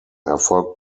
erfolgt